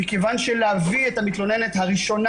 מכיוון שלהביא את המתלוננת הראשונה